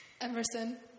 Emerson